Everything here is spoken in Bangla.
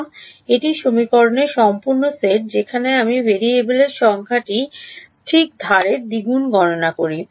না এটি সমীকরণের সম্পূর্ণ সেট যেখানে আমি ভেরিয়েবলের সংখ্যাটি ঠিক ধারে দ্বিগুণ গণনা করছি